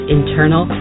internal